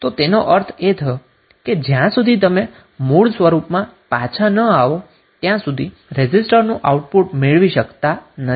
તો તેનો અર્થ એ થયો કે જ્યાં સુધી તમે મૂળ સ્વરૂપમાં પાછા ન આવો ત્યાં સુધી રેઝિસ્ટરનું આઉટપુટ મેળવી શકતા નથી